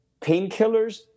painkillers